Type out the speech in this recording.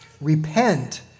Repent